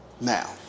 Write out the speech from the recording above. Now